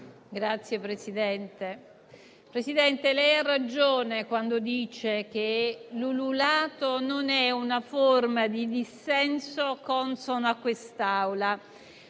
Signor Presidente, lei ha ragione quando dice che l'ululato non è una forma di dissenso consono a quest'Assemblea,